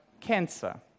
cancer